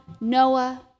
Noah